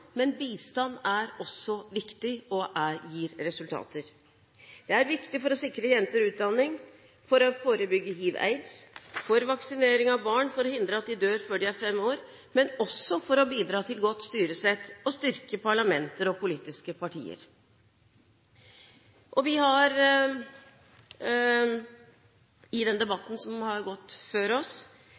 men bistand er også viktig og gir resultater. Det er viktig for å sikre jenter utdanning, for å forebygge hiv/aids, for vaksinering av barn for å hindre at de dør før de er fem år, og for å bidra til godt styresett og styrke parlamenter og politiske partier. Vi har i den debatten som har gått før